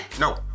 No